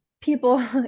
people